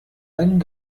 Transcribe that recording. ein